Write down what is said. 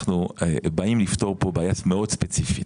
באים לפתור כאן בעיה מאוד ספציפית.